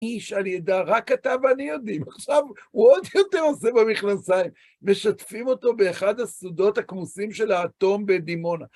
איש על ידה, רק אתה ואני יודעים. עכשיו, הוא עוד יותר עושה במכנסיים. משתפים אותו באחד הסודות הכמוסים של האטום בדימונה.